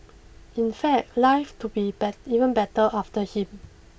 in fact life to be bet even better after him